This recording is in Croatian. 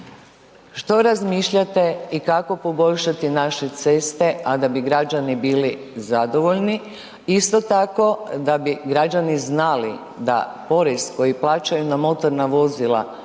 što razmišljate i kako poboljšati naše ceste, a da bi građani bili zadovoljni. Isto tako da bi građani znali da porez koji plaćaju na motorna vozila